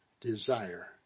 desire